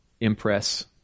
impress